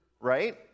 right